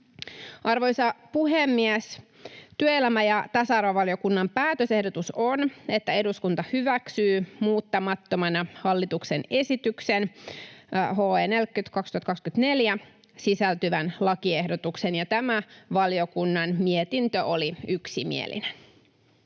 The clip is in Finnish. Arvoisa puhemies! Työelämä- ja tasa-arvovaliokunnan päätösehdotus on, että eduskunta hyväksyy muuttamattomana hallituksen esitykseen HE 40/2024 sisältyvän lakiehdotuksen. Tämä valiokunnan mietintö oli yksimielinen.